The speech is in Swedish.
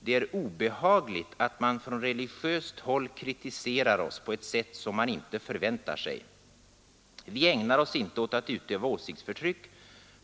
Det är obehagligt att man från religiöst håll kritiserar oss på ett sätt som man inte förväntar sig. Vi ägnar oss inte åt att utöva åsiktsförtryck.